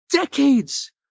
decades